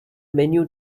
menu